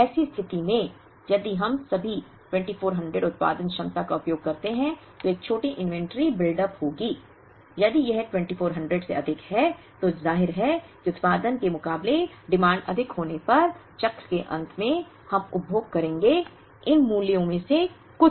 ऐसी स्थिति में यदि हम सभी 2400 उत्पादन क्षमता का उपयोग करते हैं तो एक छोटी इन्वेंट्री बिल्डअप होगी यदि यह 2400 से अधिक होगा तो जाहिर है कि उत्पादन के मुकाबले मांग अधिक होने पर चक्र के अंत में हम उपभोग करेंगे इन मूल्यों में से कुछ